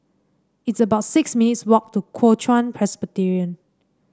it's about six minutes' walk to Kuo Chuan Presbyterian